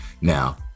Now